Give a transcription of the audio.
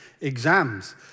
exams